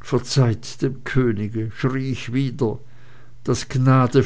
verzeiht dem könige schrie ich wieder daß gnade